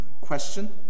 question